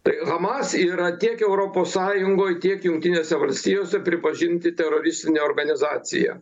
tai hamas yra tiek europos sąjungoj tiek jungtinėse valstijose pripažinti teroristine organizacija